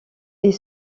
est